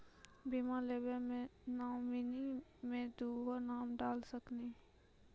बीमा लेवे मे नॉमिनी मे दुगो नाम डाल सकनी?